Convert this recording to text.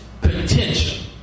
Potential